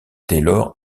taylor